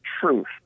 truth